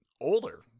older